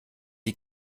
die